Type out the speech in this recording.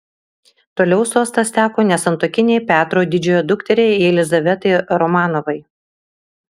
toliau sostas teko nesantuokinei petro didžiojo dukteriai jelizavetai romanovai